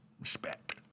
Respect